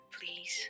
please